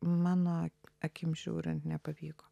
mano akim žiūrint nepavyko